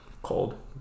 Cold